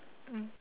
mm